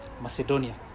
Macedonia